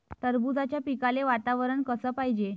टरबूजाच्या पिकाले वातावरन कस पायजे?